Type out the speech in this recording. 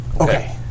Okay